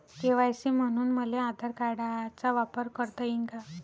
KYC म्हनून मले आधार कार्डाचा वापर करता येईन का?